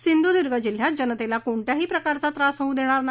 सिंधूद्र्ग जिल्ह्यात जनतेला कोणत्याही प्रकारचा त्रास होऊ देणार नाही